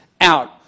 out